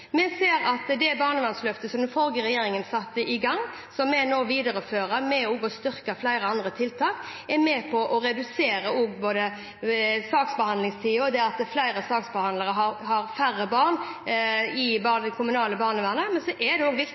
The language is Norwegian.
barnevernsløftet som den forrige regjeringen satte i gang, og som vi nå viderefører med å styrke flere andre tiltak, er med på å redusere saksbehandlingstiden ved at flere saksbehandlere har færre barn i det kommunale barnevernet. Det et også viktig å understreke at kommunene har fått økte midler, og